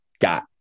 got